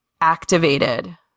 activated